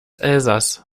elsass